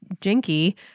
jinky